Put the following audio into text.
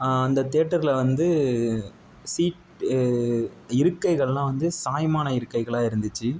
அந்த தியேட்டரில் வந்து சீட் இருக்கைகளெலாம் வந்து சாய்மான இருக்கைகளாக இருந்துச்சு